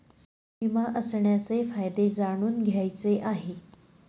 विमा असण्याचे फायदे जाणून घ्यायचे आहे